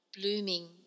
blooming